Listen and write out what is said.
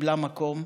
קיבלה מקום,